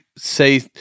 say